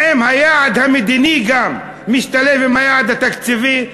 האם היעד המדיני גם משתלב עם היעד התקציבי?